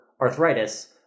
arthritis